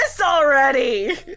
already